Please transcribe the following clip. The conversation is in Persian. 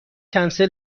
کنسل